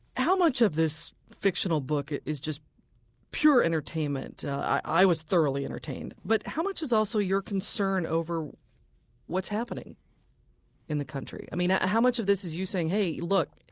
how much of this fictional book is just pure entertainment? i was thoroughly entertained. but how much is also your concern over what's happening in the country? i mean, how much of this is you saying, hey look,